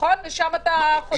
נכון לשם אתה חותר?